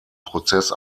prozess